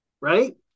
Right